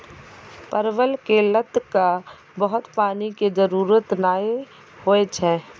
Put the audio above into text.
परवल के लत क बहुत पानी के जरूरत नाय होय छै